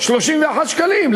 31 שקלים.